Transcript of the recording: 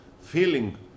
feeling